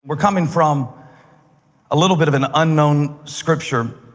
we're coming from a little bit of an unknown scripture.